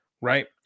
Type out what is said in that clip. right